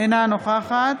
אינה נוכחת